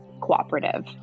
cooperative